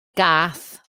gath